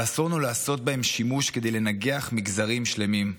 אבל אסור לנו לעשות בהם שימוש כדי לנגח מגזרים שלמים.